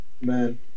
man